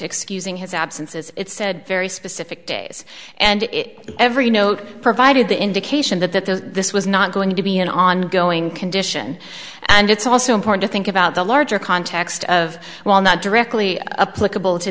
excusing his absences it said very specific days and every note provided the indication that that though this was not going to be an ongoing condition and it's also important to think about the larger context of well not directly